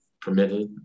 permitted